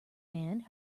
band